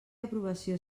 aprovació